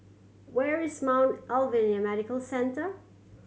where is Mount Alvernia Medical Centre